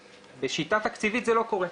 בשיטת תקציבית זה לא קורה.